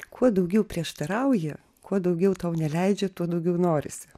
kuo daugiau prieštarauja kuo daugiau tau neleidžia tuo daugiau norisi